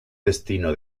destino